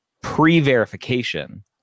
pre-verification